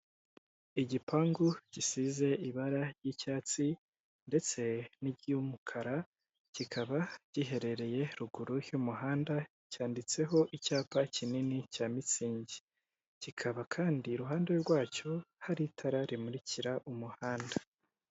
Igipangu gisize ibara ry'icyatsi ndetse n'iry'umukara, kikaba giherereye ruguru y'umuhanda, cyanditseho icyapa kinini cya mitsingi. Kikaba kandi iruhande rwacyo, hari itara rimurikira umuhanda.